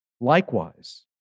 Likewise